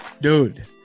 dude